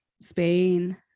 Spain